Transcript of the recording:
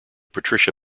patricia